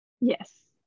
Yes